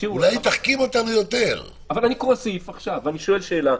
אני קורא סעיף עכשיו ואני שואל שאלה,